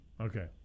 Okay